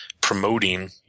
promoting